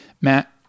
Matt